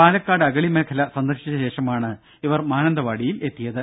പാലക്കാട് അഗളി മേഖല സന്ദർശിച്ച ശേഷമാണ് ഇവർ മാനന്തവാടിയിൽ എത്തിയത്